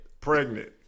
Pregnant